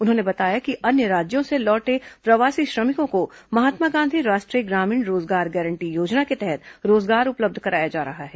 उन्होंने बताया कि अन्य राज्यों से लौटे प्रवासी श्रमिकों को महात्मा गांधी राष्ट्रीय ग्रामीण रोजगार गारंटी योजना के तहत रोजगार उपलब्ध कराया जा रहा है